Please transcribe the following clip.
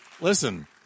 listen